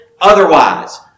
otherwise